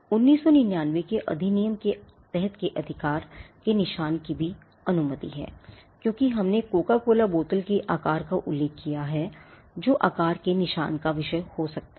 1999 के अधिनियम के तहत आकार के निशान की भी अनुमति है क्योंकि हमने कोका कोला बोतल के आकार का उल्लेख किया है जो आकार के निशान का विषय हो सकता है